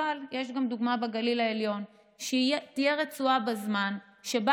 אבל יש גם דוגמה בגליל העליון: שתהיה רצועה בזמן שבה